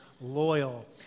Loyal